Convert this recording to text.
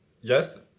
yes